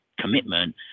commitment